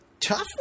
Tough